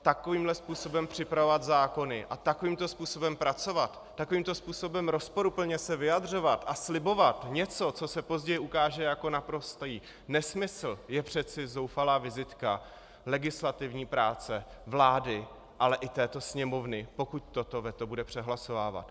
Takovýmhle způsobem připravovat zákony a takovýmto způsobem pracovat, takovýmto způsobem rozporuplně se vyjadřovat a slibovat něco, co se později ukáže jako naprostý nesmysl, je přece zoufalá vizitka legislativní práce vlády, ale i této Sněmovny, pokud toto veto bude přehlasovávat.